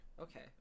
Okay